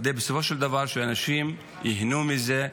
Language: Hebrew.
כדי שבסופו של דבר אנשים ייהנו מזה.